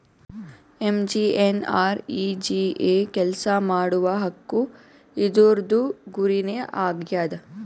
MGNREGA ಕೆಲ್ಸಾ ಮಾಡುವ ಹಕ್ಕು ಇದೂರ್ದು ಗುರಿ ನೇ ಆಗ್ಯದ